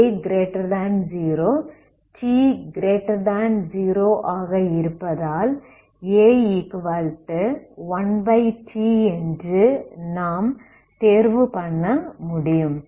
t0 ஆக இருப்பதால்a1t என்று நாம் தேர்வு பண்ண முடியும்